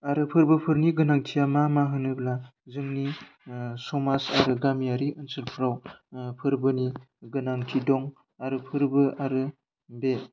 आरो फोरबोफोरनि गोनांथिया मा मा होनोब्ला जोंनि समाज आरो गामियारि ओनसोलफ्राव फोरबोनि गोनांथि दं आरो फोरबो आरो बे